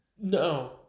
no